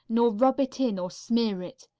nor rub it in or smear it.